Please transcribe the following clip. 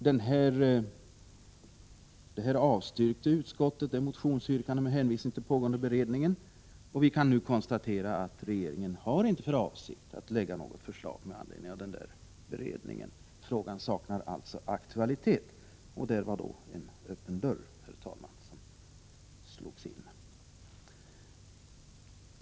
Detta motionsyrkande avstyrker utskottet med hänvisning till pågående beredning. Vi kan nu konstatera att regeringen inte har för avsikt att lägga fram något förslag på grundval av den nämnda promemorian. Frågan saknar aktualitet. Öppna dörrar har alltså slagits in.